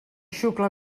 xucla